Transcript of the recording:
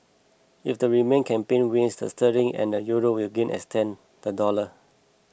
if the Remain campaign wins the sterling and the euro will gain extend the dollar